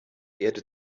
erde